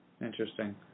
interesting